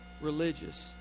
religious